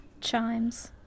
chimes